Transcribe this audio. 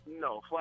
No